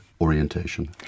orientation